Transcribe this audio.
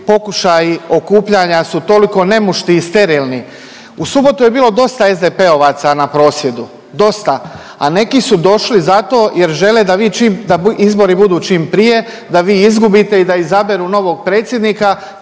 pokušaji okupljanja su toliko nemušti i sterilni. U subotu je bilo dosta SDP-ovaca na prosvjedu, dosta, a neki su došli zato jer žele da vi čim, da izbori budu čim prije da vi izgubite i da izaberu novog predsjednika